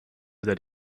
that